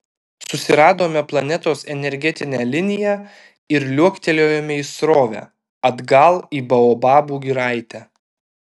susiradome planetos energetinę liniją ir liuoktelėjome į srovę atgal į baobabų giraitę